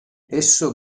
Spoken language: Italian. esso